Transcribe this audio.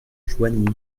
joigny